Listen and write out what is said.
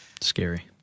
Scary